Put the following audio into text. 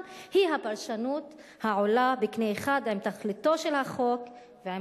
היא הפרשנות העולה בקנה אחד עם תכליתו של החוק ועם